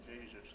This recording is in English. Jesus